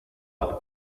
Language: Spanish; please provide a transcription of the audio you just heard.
ahogas